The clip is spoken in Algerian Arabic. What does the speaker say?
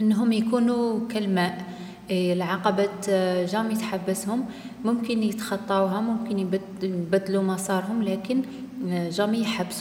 أنهم يكونو كالماء. العقبات جامي تحبسهم. ممكن يتخطاوها، ممكن يبدلـ يبدلو مسارهم، لكن جامي يحبسو.